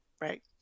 right